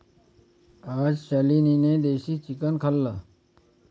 आज शालिनीने देशी चिकन खाल्लं